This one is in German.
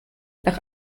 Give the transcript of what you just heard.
nach